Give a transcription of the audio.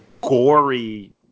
gory